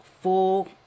full